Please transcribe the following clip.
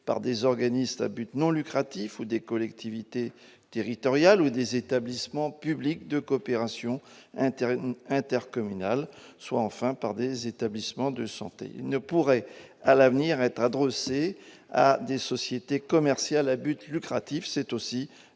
par des organismes à but non lucratif, des collectivités territoriales, des établissements publics de coopération intercommunale ou des établissements de santé. Ils ne pourraient, à l'avenir, être adossés à des sociétés commerciales à but lucratif- l'une